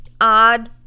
Odd